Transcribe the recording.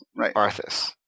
Arthas